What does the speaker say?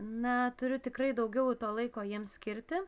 na turiu tikrai daugiau to laiko jiems skirti